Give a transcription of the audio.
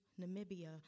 Namibia